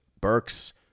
Burks